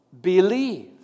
believe